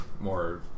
more